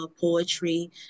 poetry